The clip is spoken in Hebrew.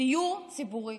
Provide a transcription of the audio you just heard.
דיור ציבורי